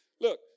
Look